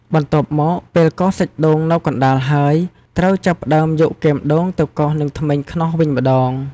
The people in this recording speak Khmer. បន្ទាប់មក ពេលកោសសាច់ដូងនៅកណ្តាលហើយ ត្រូវចាប់ផ្តើមយកគែមដូងទៅកោសនឹងធ្មេញខ្នោសវិញម្តង។